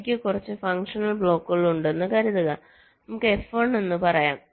എനിക്ക് കുറച്ച് ഫങ്ഷണൽ ബ്ലോക്കുകൾ ഉണ്ടെന്ന് കരുതുക നമുക്ക് F1 എന്ന് പറയാം